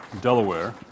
Delaware